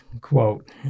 quote